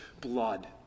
blood